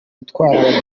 gutwara